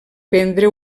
prendre